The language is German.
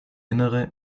innere